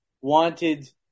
wanted